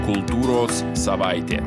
kultūros savaitė